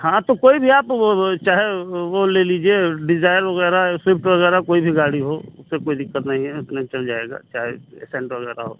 हाँ तो कोई भी आप वह वह चहे वह ले लीजिए डिजायर वग़ैरह स्विफ्ट वग़ैरह कोई भी गाड़ी हो उससे कोई दिक़्क़त नहीं है चल जाएगा चाहे एसेन्ट वग़ैरह हो